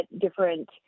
different